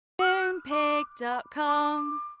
Moonpig.com